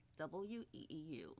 WEEU